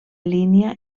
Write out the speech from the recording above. línia